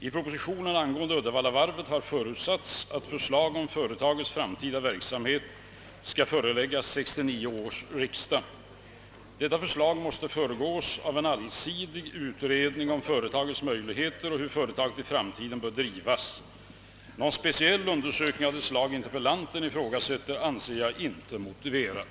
I propositionen angående Uddevallavarvet har förutsatts att förslag om företagets framtida verksamhet skall föreläggas 1969 års riksdag. Detta förslag måste föregås av en allsidig utredning om företagets möjligheter och hur företaget i framtiden bör drivas. Någon speciell undersökning av det slag interpellanten ifrågasätter anser jag inte motiverad.